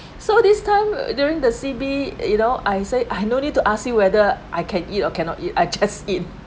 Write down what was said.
so this time during the C_B you know I say I no need to ask you whether I can eat or cannot eat I just eat